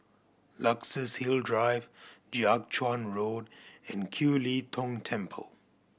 Luxus Hill Drive Jiak Chuan Road and Kiew Lee Tong Temple